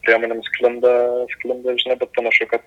priemonėm sklinda sklinda žinia bet panašu kad